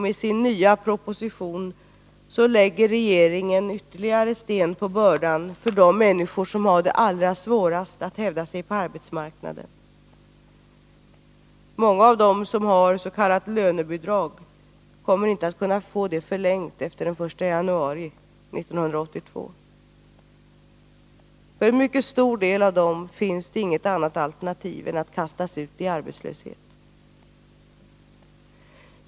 Med sin nya proposition lägger regeringen ytterligare sten på bördan för de människor som har det allra svårast att hävda sig på arbetsmarknaden. Många av dem som har s.k. lönebidrag kommer inte att kunna få det förlängt efter den 1 januari 1982. För en mycket stor del finns det inget annat alternativ än att kastas ut i arbetslöshet.